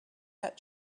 that